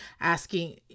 asking